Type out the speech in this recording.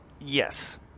Yes